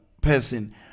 person